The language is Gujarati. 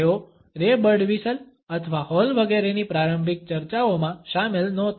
તેઓ રે બર્ડવ્હિસલ અથવા હોલ વગેરેની પ્રારંભિક ચર્ચાઓમાં શામેલ નહોતા